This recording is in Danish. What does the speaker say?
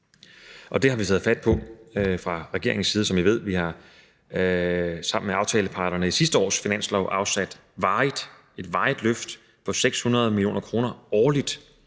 Det har vi fra regeringens side taget fat på, som I ved. Vi har sammen med aftaleparterne i sidste års finanslov afsat et varigt beløb på 600 mio. kr. årligt